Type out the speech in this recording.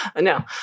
no